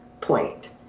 point